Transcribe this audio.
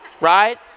right